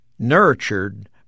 nurtured